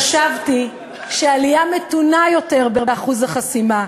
חשבתי שעלייה מתונה יותר של אחוז החסימה,